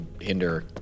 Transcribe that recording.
hinder